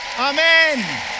amen